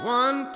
one